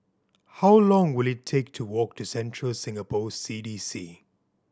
how long will it take to walk to Central Singapore C D C